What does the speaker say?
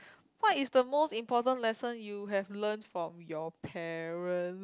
what is the most important lesson you have learnt from your parents